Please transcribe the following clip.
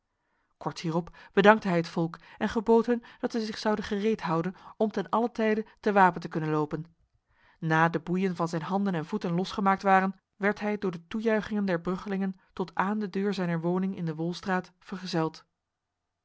korts hierop bedankte hij het volk en gebood hun dat zij zich zouden gereed houden om ten allen tijde te wapen te kunnen lopen na de boeien van zijn handen en voeten losgemaakt waren werd hij door de toejuichingen der bruggelingen tot aan de deur zijner woning in de wolstraat vergezeld